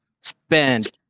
spend